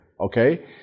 okay